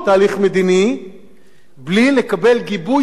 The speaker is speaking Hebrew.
לקבל גיבוי של רוב הציבור במדינת ישראל,